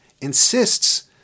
insists